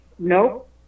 Nope